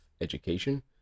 education